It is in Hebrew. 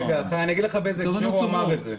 אגיד לך באיזה הקשר הוא אמר את זה.